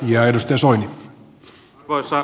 arvoisa herra puhemies